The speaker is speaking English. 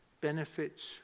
benefits